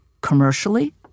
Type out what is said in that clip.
commercially